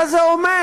מה זה אומר?